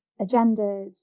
agendas